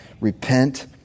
repent